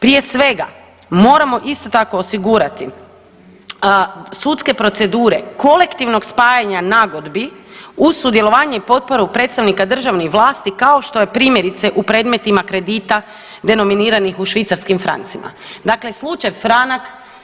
Prije svega moramo isto tako osigurati sudske procedure kolektivnog spajanja nagodbi uz sudjelovanje i potporu predstavnika državnih vlasti kao što je primjerice u predmetima kredita denominiranih u švicarskim francima, dakle slučaj Franak.